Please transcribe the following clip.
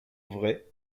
vraie